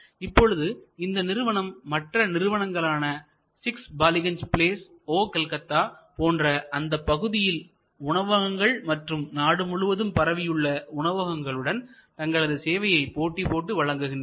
இப்பொழுது இந்த நிறுவனம் மற்ற நிறுவனங்களான 6 பாலிகஞ்ச் ப்ளேஸ் ஓ கல்கத்தா போன்ற அந்தப்பகுதிகளின் உணவகங்கள் மற்றும் நாடு முழுவதும் பரவியுள்ள உணவுகளுடன் தங்களது சேவையை போட்டிபோட்டு வழங்குகின்றனர்